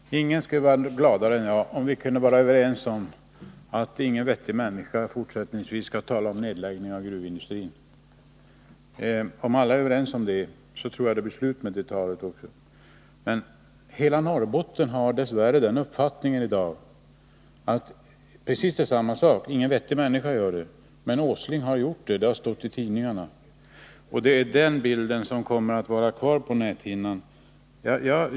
Herr talman! Ingen skulle vara gladare än jag om vi kunde vara överens om att ingen vettig människa fortsättningsvis skall tala om nedläggning av gruvindustrin. Om alla är överens om det tror jag att det blir slut med det talet. Hela Norrbotten har i dag den uppfattningen att ingen vettig människa talar om en nedläggning av gruvindustrin, men Nils Åsling har ju gjort det — det har stått i tidningarna. Det är den bild som kommer att vara på näthinnan.